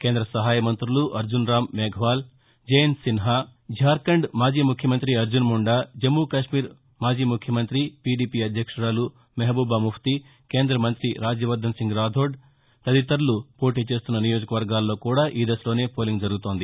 కేంద్ర సహాయ మంతులు అర్జున్రామ్ మేఘ్వాల్ జయంత్సిన్హా ఝార్ఖండ్ మాజీ ముఖ్యమంత్రి అర్జన్ మూండా జమ్మూకశ్మీర్ మాజీ ముఖ్యమంత్రి పీడీపీ అధ్యక్షురాలు మెహబూబా ముఫ్తీ కేంద్ర మంతి రాజ్యవర్దన్సింగ్ రాథోడ్ తదితరులు పోటీచేస్తున్న నియోజకవర్గాల్లో కూడా ఈ దశలోనే పోలింగ్ జరుగుతోంది